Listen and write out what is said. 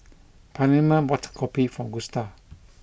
Pamela bought kopi for Gusta